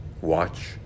Watch